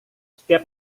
setiap